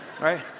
Right